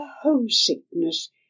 homesickness